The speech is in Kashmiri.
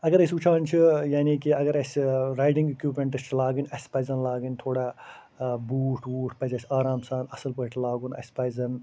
اگر أسۍ وُچھان چھِ یعنی کہ اگر اسہِ رایڈِنٛگ اِکوپمیٚنٹٕس چھِ لاگٕنۍ اسہِ پَزَن لاگٕنۍ تھوڑا ٲں بوٗٹھ ووٗٹھ پَزِ اسہِ آرام سان اصٕل پٲٹھی لاگُن اسہِ پَزَن